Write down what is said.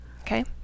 okay